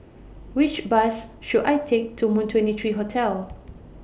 Which Bus should I Take to Moon twenty three Hotel